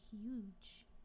huge